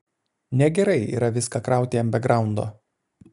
negerai yra viską krauti ant bekgraundo